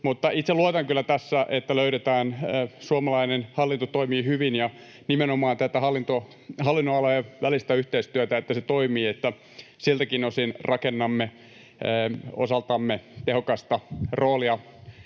itse luotan kyllä tässä, että suomalainen hallinto toimii hyvin, ja nimenomaan, että hallinnonalojen välinen yhteistyö toimii, niin että siltäkin osin rakennamme osaltamme tehokasta roolia